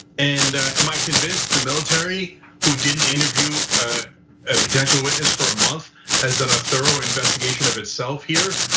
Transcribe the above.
and am i convinced the military who didn't interview ah a potential witness for a month has done a thorough investigation of itself here.